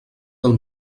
del